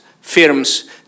firms